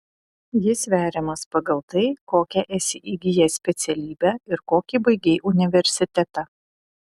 jis sveriamas pagal tai kokią esi įgijęs specialybę ir kokį baigei universitetą